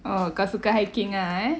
orh kau suka hiking ah eh